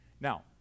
Now